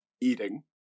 eating